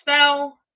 spell